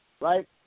right